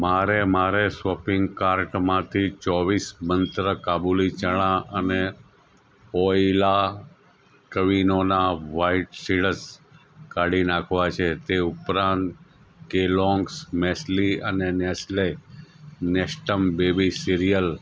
મારે મારે સોપિંગ કાર્ટમાંથી ચોવીસ મંંત્રા કાબુલી ચણા અને ઓઇલા કવિનોના વ્હાઇટ સીડસ કાઢી નાખવા છે તે ઉપરાંત કેલોંગ્સ મેસલી અને નેસ્લે નેસ્ટમ બેબી સિરીયલ